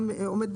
אבל כעת,